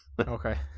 Okay